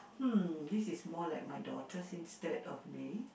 hmm this is more like my daughter's instead of me